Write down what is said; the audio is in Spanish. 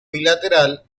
bilateral